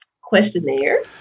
questionnaire